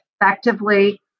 effectively